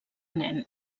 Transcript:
nen